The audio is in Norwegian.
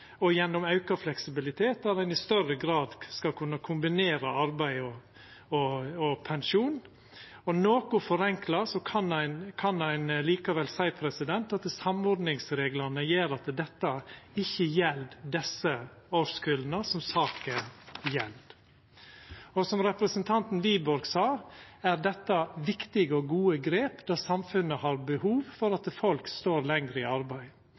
og gjennom auka fleksibilitet i større grad skal kunna kombinera arbeid og pensjon. Noko forenkla kan ein likevel seia at samordningsreglane gjer at dette ikkje gjeld desse årskulla som saka gjeld. Og som representanten Wiborg sa, er dette viktige og gode grep når samfunnet har behov for at folk står lenger i arbeid.